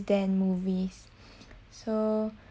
than movies so